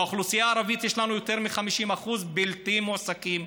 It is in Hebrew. באוכלוסייה הערבית יש לנו יותר מ-50% בלתי מועסקים.